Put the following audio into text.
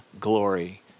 glory